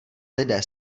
lidé